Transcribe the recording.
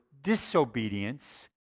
disobedience